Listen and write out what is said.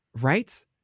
Right